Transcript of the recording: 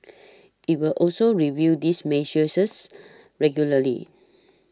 it will also review these measures regularly